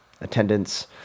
attendance